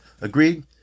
Agreed